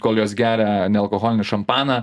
kol jos geria nealkoholinį šampaną